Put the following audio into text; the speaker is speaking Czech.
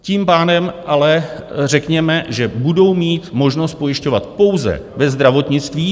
Tím pádem ale, řekněme, že budou mít možnost pojišťovat pouze ve zdravotnictví.